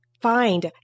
find